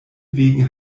wegen